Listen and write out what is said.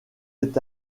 êtes